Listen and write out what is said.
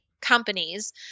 companies